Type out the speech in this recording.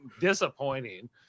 disappointing